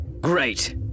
Great